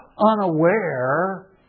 unaware